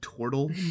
turtle